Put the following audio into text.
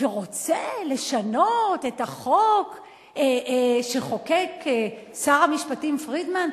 ורוצה לשנות את החוק שחוקק שר המשפטים פרידמן.